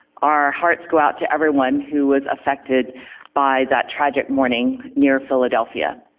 our hearts go out to everyone who was affected by that tragic morning near philadelphia.